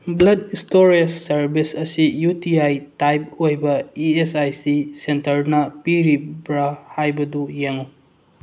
blood stores service ꯑꯁꯤ U T I type ꯑꯣꯏꯕ E S I C ꯁꯦꯟꯇꯔꯅ ꯄꯤꯔꯤꯕ꯭ꯔ ꯍꯥꯏꯕꯗꯨ ꯌꯦꯡꯉꯨ